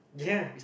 ya